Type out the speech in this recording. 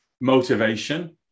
motivation